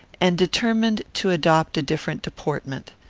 and determined to adopt a different deportment.